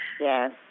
Yes